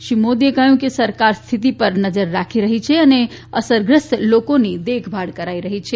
શ્રી મોદીએ કહયું કે સરકાર સ્થિતિ પર નજર રાખી રહી છે અને અસરગ્રસ્ત લોકોની દેખભાળ કરી રહી છે